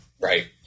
right